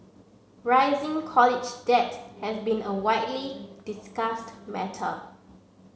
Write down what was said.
rising college debt has been a widely discussed matter